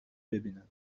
ببینن